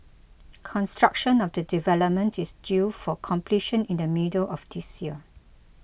construction of the development is due for completion in the middle of this year